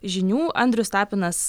žinių andrius tapinas